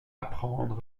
apprendre